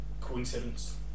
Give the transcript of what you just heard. coincidence